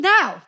Now